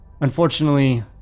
Unfortunately